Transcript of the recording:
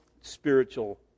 spiritual